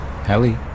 Helly